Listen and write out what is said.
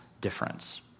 difference